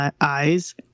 eyes